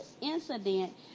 incident